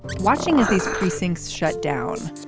watching as these precincts shut down,